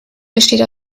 besteht